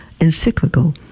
encyclical